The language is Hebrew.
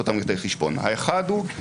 זו הייתה שאלה שלכם.